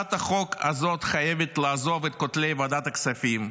הצעת החוק הזאת חייבת לעזוב את כותלי ועדת הכספים,